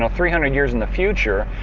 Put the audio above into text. ah three hundred years in the future.